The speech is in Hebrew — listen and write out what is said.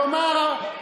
כלומר,